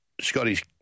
Scotty's